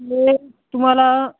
हे तुम्हाला